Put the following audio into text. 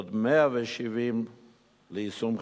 ועוד 170 ליישום חלקי.